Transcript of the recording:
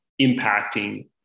impacting